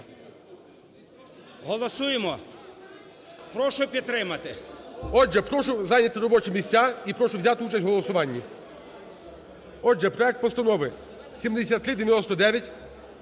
Голосуємо. Прошу підтримати. ГОЛОВУЮЧИЙ. Отже, прошу зайняти робочі місця і прошу взяти участь в голосуванні. Отже, проект Постанови 7399.